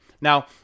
Now